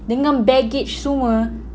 dengan baggage semua